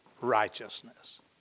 righteousness